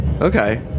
Okay